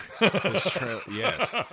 Yes